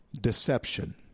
deception